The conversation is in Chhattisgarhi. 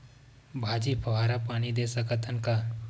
भाजी फवारा पानी दे सकथन का?